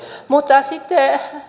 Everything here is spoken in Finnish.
mutta sitten